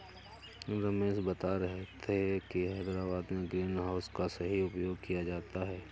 रमेश बता रहे थे कि हैदराबाद में ग्रीन हाउस का सही उपयोग किया जाता है